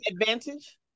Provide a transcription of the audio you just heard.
advantage